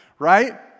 Right